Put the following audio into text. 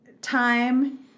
time